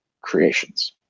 creations